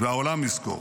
והעולם יזכור,